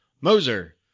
Moser